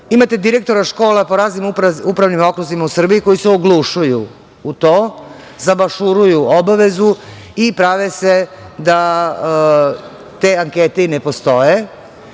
direktora škola po raznim upravnim okruzima u Srbiji koji se oglušuju o to, zabašuruju obavezu i prave se da te ankete i ne postoje.